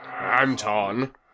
Anton